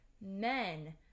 men